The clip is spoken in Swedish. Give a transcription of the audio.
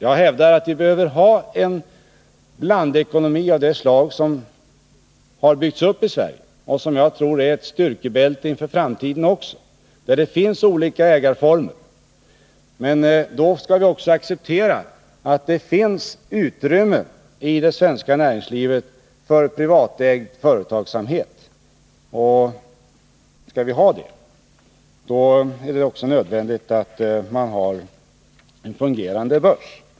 Jag hävdar att vi behöver ha en blandekonomi av det slag som har byggts upp i Sverige och som jag tror är ett styrkebälte inför framtiden, en blandekonomi med olika ägarformer. Men då skall vi också acceptera att det i det svenska näringslivet finns utrymme för privatägd företagsamhet. Skall vi ha det, är det också nödvändigt att vi har en fungerande börs.